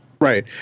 Right